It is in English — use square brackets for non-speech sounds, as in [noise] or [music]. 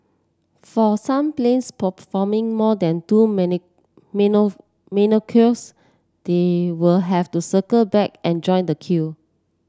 for some planes performing more than two [unintelligible] they will have to circle back and join the queue